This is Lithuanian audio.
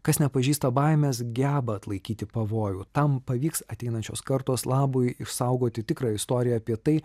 kas nepažįsta baimės geba atlaikyti pavojų tam pavyks ateinančios kartos labui išsaugoti tikrą istoriją apie tai